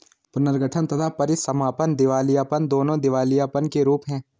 पुनर्गठन तथा परीसमापन दिवालियापन, दोनों दिवालियापन के रूप हैं